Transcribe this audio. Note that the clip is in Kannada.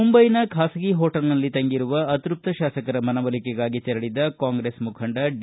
ಮುಂಬೈನ ಖಾಸಗಿ ಹೋಟೆಲ್ನಲ್ಲಿ ತಂಗಿರುವ ಅತೃಪ್ತ ಶಾಸಕರ ಮನವೊಲಿಕೆಗಾಗಿ ತೆರಳದ್ದ ಕಾಂಗ್ರೆಸ್ ಮುಖಂಡ ಡಿ